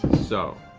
so.